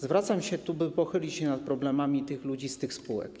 Zwracam się tu o to, by pochylić się nad problemami ludzi z tych spółek.